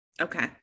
okay